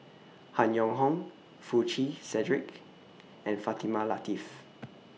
Han Yong Hong Foo Chee Cedric and Fatimah Lateef